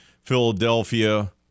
Philadelphia